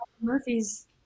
Murphy's